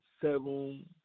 seven